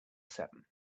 seven